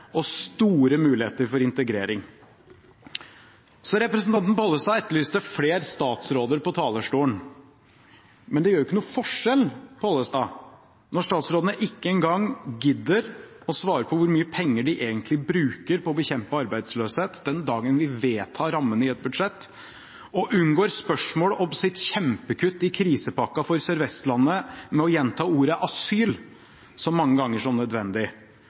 og store muligheter for integrering. Representanten Pollestad etterlyste flere statsråder på talerstolen. Men det gjør jo ikke noen forskjell. Når statsrådene den dagen vi vedtar rammene i et budsjett, ikke engang gidder å svare på hvor mye penger de egentlig bruker på å bekjempe arbeidsløshet, og unngår spørsmål om sitt kjempekutt i krisepakken for Sør-Vestlandet ved å gjenta ordet «asyl» så mange ganger som nødvendig,